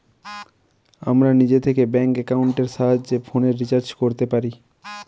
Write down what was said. আমরা নিজে থিকে ব্যাঙ্ক একাউন্টের সাহায্যে ফোনের রিচার্জ কোরতে পারি